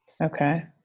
Okay